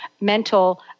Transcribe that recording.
mental